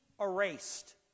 erased